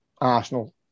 Arsenal